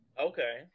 Okay